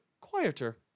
quieter